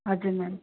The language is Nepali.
हजुर मेम